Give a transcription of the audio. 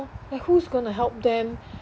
like who's going to help them